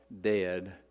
dead